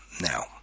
now